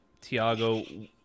Tiago